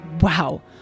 wow